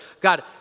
God